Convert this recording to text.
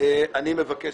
אני מבקש